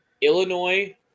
Illinois